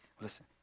Listen